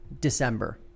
December